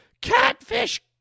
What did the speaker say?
Catfish